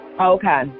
Okay